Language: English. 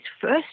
first